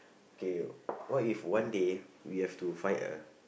K what if one day you have to fight a